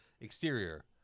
exterior